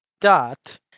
dot